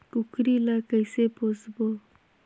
कूकरी ला कइसे पोसबो?